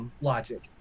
logic